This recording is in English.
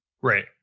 Right